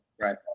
Right